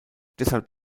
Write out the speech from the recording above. deshalb